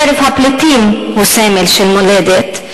בקרב הפליטים הוא סמל של מולדת.